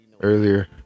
earlier